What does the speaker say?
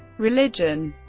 religion